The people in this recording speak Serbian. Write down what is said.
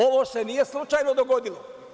Ovo se nije slučajno dogodilo.